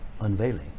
unveiling